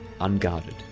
unguarded